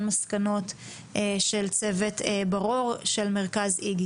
מסקנות של צוות בן-אור של מרכז איג"י.